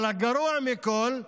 אבל הגרוע מכול,